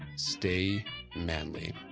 stay manly